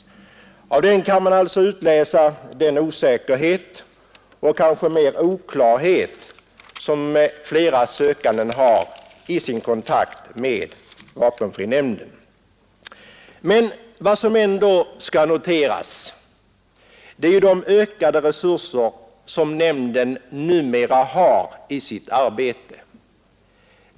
Av denna siffra kan man alltså utläsa den osäkerhet och kanske än mer oklarhet som för flera sökandes del råder i deras kontakt med vapenfrinämnden. Vad som ändå skall noteras är de ökade resurser som nämnden numera har i sitt arbete.